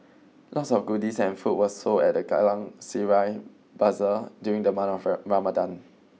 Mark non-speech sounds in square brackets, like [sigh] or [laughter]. lots of goodies and food were sold at the Geylang Serai Bazaar during the month of [unintelligible] Ramadan